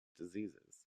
diseases